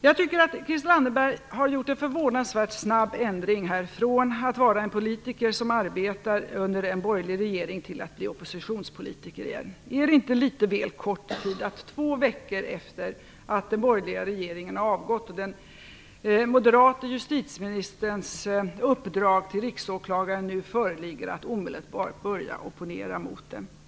Jag tycker att Christel Anderberg har gjort en förvånansvärt snabb ändring, från att vara en politiker som arbetat under en borgerlig regering till att bli oppositionspolitiker igen. Är det inte litet väl kort tid, att två veckor efter att den borgerliga regeringen har avgått och den moderata justitieministerns uppdrag till Riksåklagaren föreligger omedelbart börja opponera mot det?